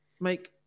make